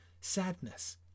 Sadness